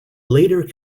later